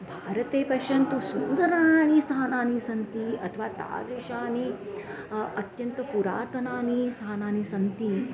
भारते पश्यन्तु सुन्दराणि स्थानानि सन्ति अथवा तादृशानि अत्यन्तं पुरातनानि स्थानानि सन्ति